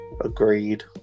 Agreed